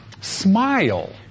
smile